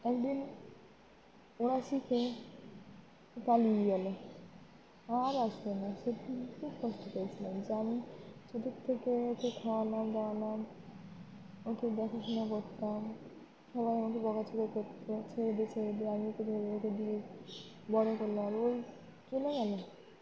একদিন ওড়া শিখে পালিয়ে গেলো আর আসল না সে খুব কষ্ট পেয়েছিলাম যে আমি ছোটোর থেকে ওকে খাওয়ালাম দাওয়ালাম ওকে দেখাশোনা করতাম সবাই আমাকে বকাঝকা করতো ছেড়ে দে ছেড়ে দে আমি ওকে খেতে দিয়ে ওকে দিয়ে বড় করলাম ও চলে গেল